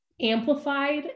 amplified